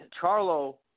Charlo